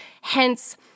Hence